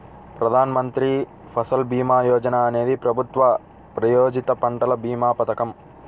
ప్రధాన్ మంత్రి ఫసల్ భీమా యోజన అనేది ప్రభుత్వ ప్రాయోజిత పంటల భీమా పథకం